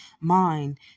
mind